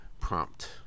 prompt